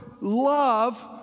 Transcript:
love